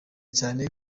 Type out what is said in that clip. cyane